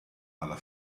alla